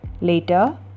Later